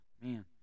Man